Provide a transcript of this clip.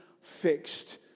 fixed